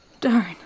Darn